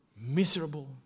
miserable